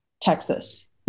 Texas